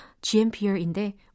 GMPR인데